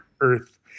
Earth